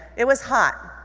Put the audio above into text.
it was hot,